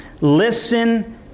Listen